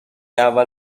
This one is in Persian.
اول